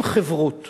אם חברות